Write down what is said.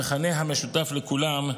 המכנה המשותף לכולם: